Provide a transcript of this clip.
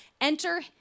enter